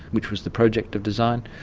which was the project of design,